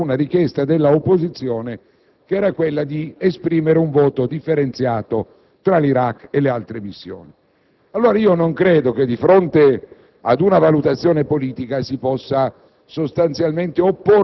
seguito di una richiesta dell'opposizione, che chiese lo spacchettamento del decreto con il quale si rinnovavano le missioni internazionali, noi spacchettammo il decreto in una notte